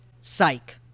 psych